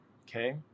Okay